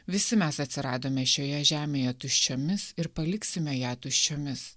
visi mes atsiradome šioje žemėje tuščiomis ir paliksime ją tuščiomis